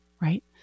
right